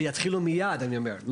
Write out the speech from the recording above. שיתחילו מיד, אני אומר.